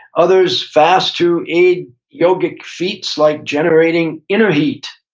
others fast to aid yogic feats, like generating inner heat.